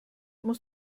muss